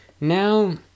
Now